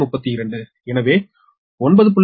2132 எனவே 9